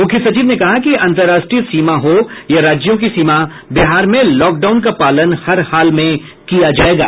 मुख्य सचिव ने कहा कि अंतरराष्ट्रीय सीमा हो या राज्यों की सीमा बिहार में लॉकडाउन का पालन हर हाल में किया जायेगा